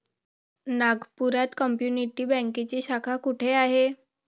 नागपुरात कम्युनिटी बँकेची शाखा कुठे आहे?